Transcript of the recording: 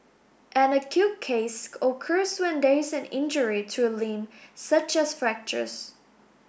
an acute case occurs when there is injury to a limb such as fractures